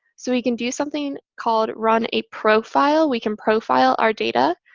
so we can do something called run a profile. we can profile our data.